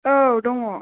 औ दङ